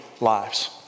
lives